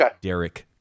Derek